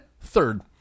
third